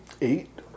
Eight